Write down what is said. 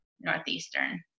Northeastern